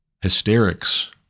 hysterics